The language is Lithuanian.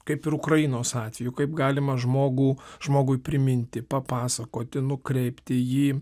kaip ir ukrainos atveju kaip galima žmogų žmogui priminti papasakoti nukreipti jį